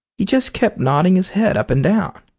he just kept nodding his head up and down.